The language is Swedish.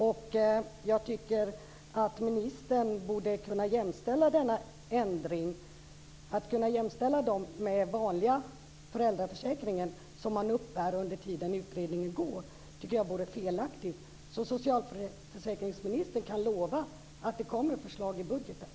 Det är en fråga om jämställdhet, och jag tycker att det vore felaktigt att vänta med att göra denna ändring av föräldraförsäkringen under tiden som utredningen pågår. Kan socialförsäkringsministern alltså lova att det kommer förslag i budgeten?